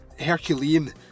Herculean